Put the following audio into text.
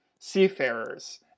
seafarers